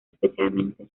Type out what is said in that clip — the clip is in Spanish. especialmente